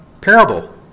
parable